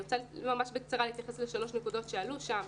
אני אתייחס ממש בקצרה לשלוש נקודות שעלו שם.